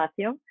Espacio